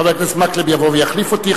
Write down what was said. חבר הכנסת מקלב יבוא ויחליף אותי,